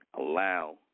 allow